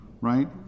right